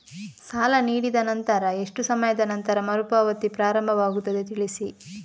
ಸಾಲ ನೀಡಿದ ನಂತರ ಎಷ್ಟು ಸಮಯದ ನಂತರ ಮರುಪಾವತಿ ಪ್ರಾರಂಭವಾಗುತ್ತದೆ ತಿಳಿಸಿ?